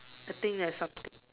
I think there's something